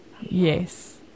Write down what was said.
Yes